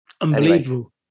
Unbelievable